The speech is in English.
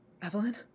Evelyn